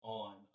on